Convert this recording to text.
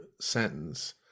sentence